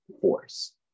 force